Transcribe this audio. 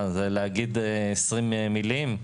מה, זה להגיד 20 מילים?